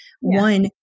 One